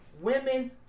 women